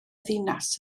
ddinas